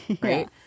right